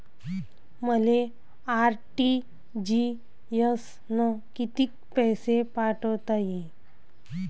मले आर.टी.जी.एस न कितीक पैसे पाठवता येईन?